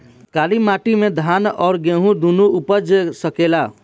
काली माटी मे धान और गेंहू दुनो उपज सकेला?